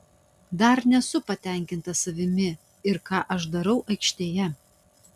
dar nesu patenkintas savimi ir ką aš darau aikštėje